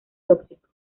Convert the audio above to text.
tóxico